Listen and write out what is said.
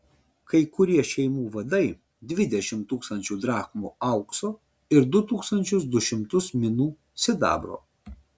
kai kurie šeimų vadai dvidešimt tūkstančių drachmų aukso ir du tūkstančius du šimtus minų sidabro